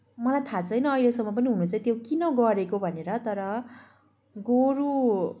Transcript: मलाई थाहा छैन अहिलेसम्म पनि हुन चाहिँ त्यो किन गरेको भनेर तर गोरु